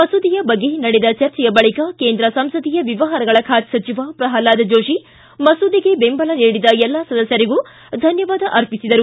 ಮಸೂದೆಯ ಬಗ್ಗೆ ನಡೆದ ಚರ್ಚೆಯ ಬಳಿಕ ಕೇಂದ್ರ ಸಂಸದೀಯ ವ್ಯವಹಾರಗಳ ಖಾತೆ ಸಚಿವ ಪ್ರಲ್ಹಾದ್ ಜೋತಿ ಮಸೂದೆಗೆ ಬೆಂಬಲ ನೀಡಿದ ಎಲ್ಲಾ ಸದಸ್ಕರಿಗೂ ಧನ್ಯವಾದ ಅರ್ಪಿಸಿದರು